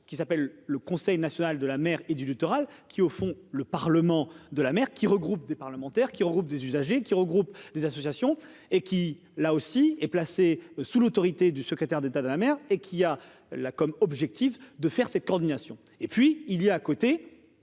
qui s'appelle le Conseil national de la mer et du littoral qui, au fond, le parlement de la mer, qui regroupe des parlementaires qui regroupe des usagers qui regroupe des associations et qui là aussi est placée sous l'autorité du secrétaire d'état de la mer et qui a la comme objectif de faire cette coordination et puis il y a à côté,